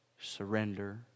surrender